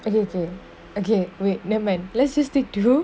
okay okay okay wait nevermind let's just stick to you